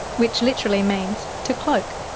which literally means to cloak.